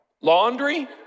Laundry